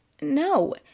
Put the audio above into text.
no